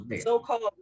so-called